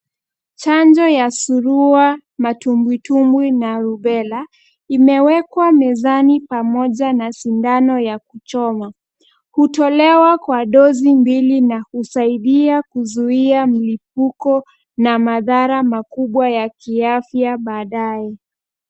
Chanjo ya surua, matumbwitumbwi na rubela imewekwa mezani pamoja na sindano ya kuchoma. Hutolewa kwa dozi mbili na husaidia kuzuia mlipuko na madhara makubwa ya kiafya baadaye.